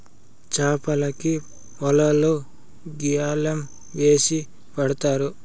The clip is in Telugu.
చాపలకి వలలు గ్యాలం వేసి పడతారు